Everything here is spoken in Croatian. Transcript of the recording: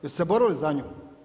Jeste se borili za nju?